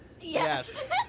yes